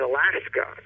Alaska